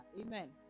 amen